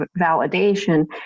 validation